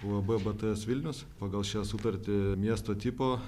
uab bts vilnius pagal šią sutartį miesto tipo